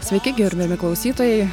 sveiki gerbiami klausytojai